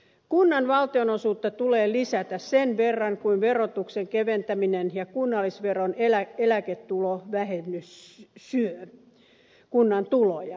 kunnan valtionosuutta tulee lisätä sen verran kuin verotuksen keventäminen ja kunnallisveron eläketulovähennys syö kunnan tuloja